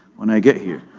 when i get here.